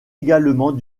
également